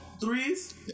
threes